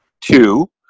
two